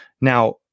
Now